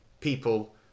people